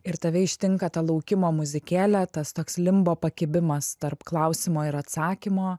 ir tave ištinka ta laukimo muzikėlė tas toks limbo pakibimas tarp klausimo ir atsakymo